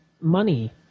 money